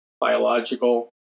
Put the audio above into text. biological